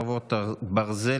חרבות ברזל),